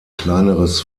kleineres